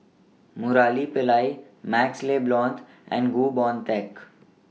Murali Pillai MaxLe Blond and Goh Boon Teck